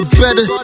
better